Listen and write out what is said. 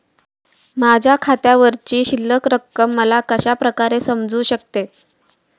माझ्या खात्यावरची शिल्लक रक्कम मला कशा प्रकारे समजू शकते?